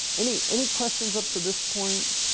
any any questions up to this point?